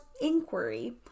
inquiry